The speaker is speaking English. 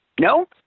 No